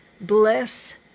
bless